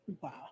Wow